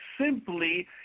simply